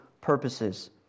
Purposes